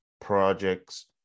projects